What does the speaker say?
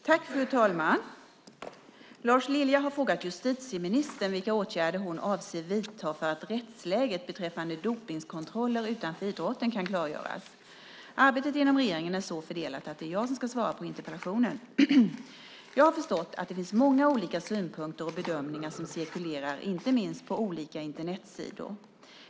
Fru talman! Lars Lilja har frågat justitieministern vilka åtgärder hon avser att vidta för att rättsläget beträffande dopningskontroller utanför idrotten kan klargöras. Arbetet inom regeringen är så fördelat att det är jag som ska svara på interpellationen. Jag har förstått att det finns många olika synpunkter och bedömningar som cirkulerar, inte minst på olika Internetsidor.